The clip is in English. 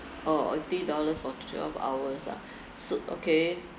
orh orh three dollars for twelve hours ah so okay